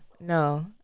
no